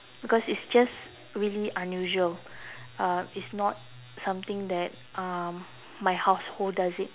because it's just really unusually uh it's not something that um my household does it